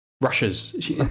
Russia's